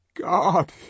God